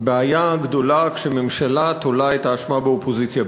בעיה גדולה כשממשלה תולה את האשמה באופוזיציה,